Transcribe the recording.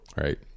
Right